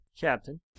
Captain